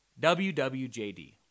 WWJD